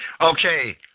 Okay